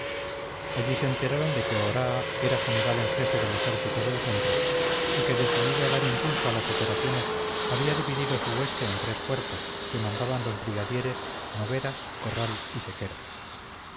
allí se enteraron de que oraa era general en jefe del ejército del centro y que decidido a dar impulso a las operaciones había dividido su hueste en tres cuerpos que mandaban los brigadieres nogueras corral y sequera